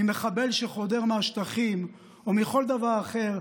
ממחבל שחודר מהשטחים או מכל דבר אחר,